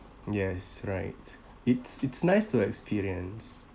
yes right it's it's nice to experience